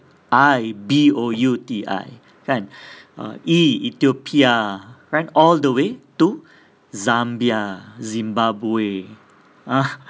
I B O U T I kan E ethiopia right all the way to zambia zimbabwe ah